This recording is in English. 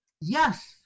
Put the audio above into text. Yes